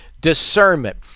Discernment